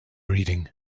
reading